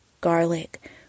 Garlic